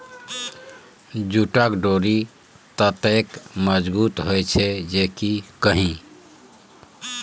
जूटक डोरि ततेक मजगुत होए छै जे की कही